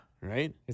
Right